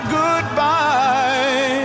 goodbye